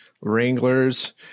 Wranglers